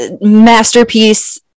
Masterpiece